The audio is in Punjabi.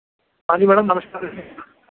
ਹਾਂਜੀ ਮੈਡਮ ਨਮਸਕਾਰ